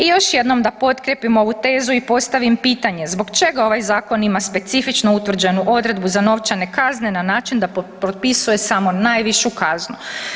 I još jednom da potkrijepim ovu tezu i postavim pitanje, zbog čega ovaj Zakon ima specifično utvrđenu odredbu za novčane kazne na način da propisuje samo najvišu kaznu?